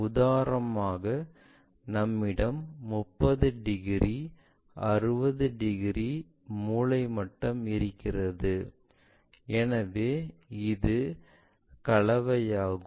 உதாரணமாக நம்மிடம் 30 degree 60 degree மூலை மட்டம் இருக்கிறது எனவே இது கலவையாகும்